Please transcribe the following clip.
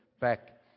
back